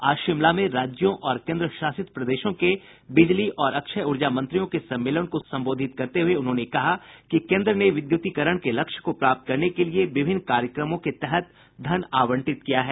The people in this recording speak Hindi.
आज शिमला में राज्यों और केन्द्र शासित प्रदेशों के बिजली और अक्षय ऊर्जा मंत्रियों के सम्मेलन को सम्बोधित करते हुए उन्होंने कहा कि केन्द्र ने विद्युतीकरण के लक्ष्य को प्राप्त करने के लिए विभिन्न कार्यक्रमों के तहत धन आवंटित किया है